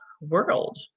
world